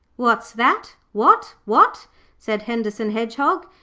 what's that? what, what said henderson hedgehog,